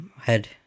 head